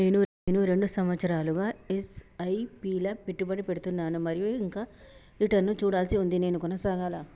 నేను రెండు సంవత్సరాలుగా ల ఎస్.ఐ.పి లా పెట్టుబడి పెడుతున్నాను మరియు ఇంకా రిటర్న్ లు చూడాల్సి ఉంది నేను కొనసాగాలా?